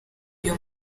uyu